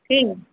ठीक